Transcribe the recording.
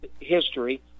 history